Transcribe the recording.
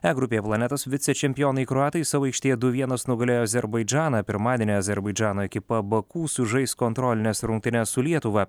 e grupėje planetos vicečempionai kroatai savo aikštėje du vienas nugalėjo azerbaidžaną pirmadienį azerbaidžano ekipa baku sužais kontrolines rungtynes su lietuva